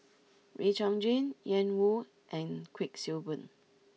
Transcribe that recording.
Wee Chong Jin Ian Woo and Kuik Swee Boon